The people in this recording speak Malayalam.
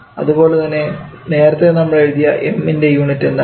അതുപോലെതന്നെ നേരത്തെ നമ്മൾ എഴുതിയ M ൻറെ യൂണിറ്റ് എന്താണ്